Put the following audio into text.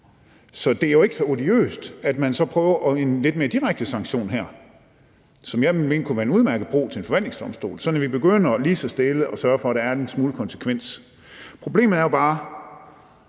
Så det er jo ikke så odiøst, at man så prøver med en lidt mere direkte sanktion her, som jeg ville mene kunne være en udmærket bro til en forvaltningsdomstol, sådan at vi begynder lige så stille at sørge for, at der er en smule konsekvens. Problemet er jo bare,